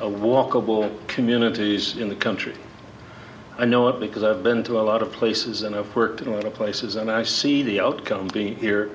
walkable communities in the country i know it because i've been to a lot of places and i've worked in a lot of places and i see the outcome being here